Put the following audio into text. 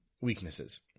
weaknesses